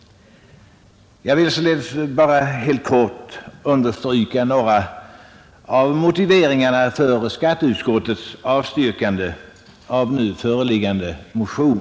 Jag vill därför bara helt kort understryka några av motiveringarna för skatteutskottets avstyrkande av föreliggande motion.